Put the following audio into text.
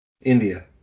India